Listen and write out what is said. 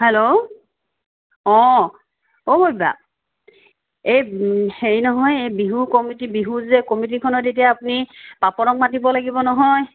hello অ অ' বৰদা এই হেৰি নহয় এই বিহু কমিটী বিহু যে কমিটীখনত এতিয়া আপুনি পাপনক মাতিব লাগিব নহয়